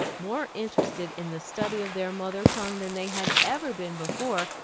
more interested in the study of their mother tongue than they had ever been before,